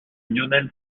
lionel